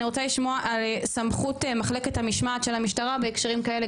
אני רוצה לשמוע על סמכות מחלקת המשמעת של המשטרה בהקשרים כאלה.